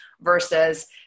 versus